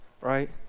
right